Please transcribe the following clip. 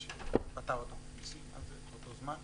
שפטר אותו ממסים באותו הזמן.